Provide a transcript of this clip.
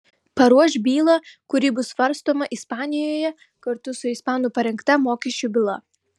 paruoš bylą kuri bus svarstoma ispanijoje kartu su ispanų parengta mokesčių byla